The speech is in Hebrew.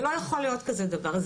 זה לא יכול להיות כזה דבר,